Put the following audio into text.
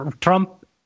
Trump